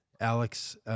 Alex